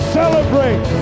celebrate